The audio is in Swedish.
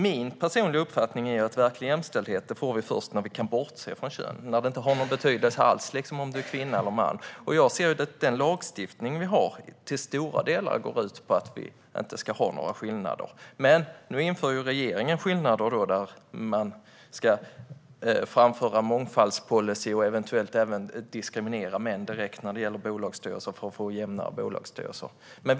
Min personliga uppfattning är att vi kan få verklig jämställdhet först när vi kan bortse från kön och det inte har någon betydelse alls om du är kvinna eller man. Jag ser att den lagstiftning vi har till stora delar går ut på att vi inte ska ha några skillnader. Men nu inför ju regeringen skillnader där man ska ta fram mångfaldspolicyer och eventuellt diskriminera män direkt när det gäller bolagsstyrelser för att få en jämnare fördelning i dem.